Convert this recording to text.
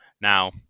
Now